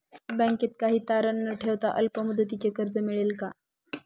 बँकेत काही तारण न ठेवता अल्प मुदतीचे कर्ज मिळेल का?